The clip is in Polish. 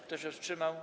Kto się wstrzymał?